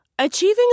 Achieving